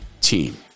team